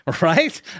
right